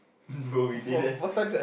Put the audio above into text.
bro you deadass